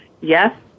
yes